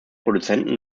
produzenten